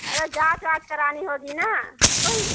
अरे जांच वांच करानी होगी न उसको ही